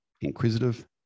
inquisitive